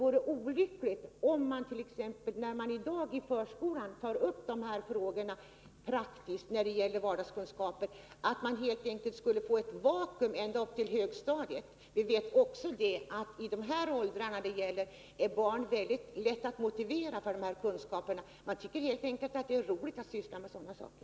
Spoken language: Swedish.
I dag tar man i förskolan upp de här frågorna som gäller praktisk vardagskunskap, och det vore olyckligt om man därifrån och ända upp till högstadiet skulle få ett vakuum. Vi vet också att det är lätt att motivera barn i de här åldrarna att skaffa sig dessa kunskaper. De tycker helt enkelt att det är roligt att syssla med sådana saker.